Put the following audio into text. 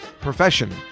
profession